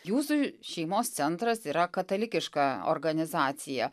jūsų šeimos centras yra katalikiška organizacija